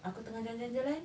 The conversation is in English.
aku tengah jalan jalan jalan